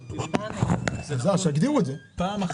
פעם,